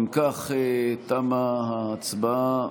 אם כך, תמה ההצבעה.